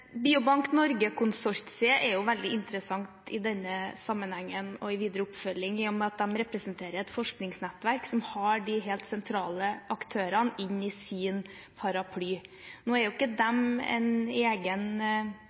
veldig interessant i denne sammenheng og i videre oppfølging, i og med at de representerer et forskningsnettverk som har de helt sentrale aktørene under sin paraply. Nå er de på et vis ikke en egen